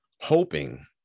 hoping